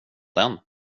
den